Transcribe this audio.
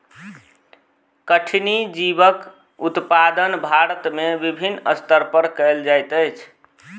कठिनी जीवक उत्पादन भारत में विभिन्न स्तर पर कयल जाइत अछि